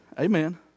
Amen